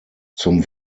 zum